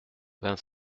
vingt